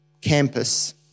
campus